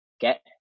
Get